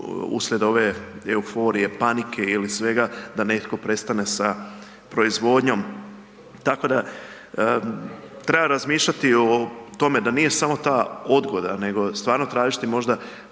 uslijed ove euforije, panike ili svega da netko prestane sa proizvodnjom. Tako da treba razmišljati o tome da nije samo ta odgoda nego stvarno tražiti možda